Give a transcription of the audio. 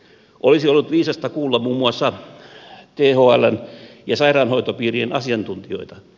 olisi ollut viisasta kuulla muun muassa thln ja sairaanhoitopiirien asiantuntijoita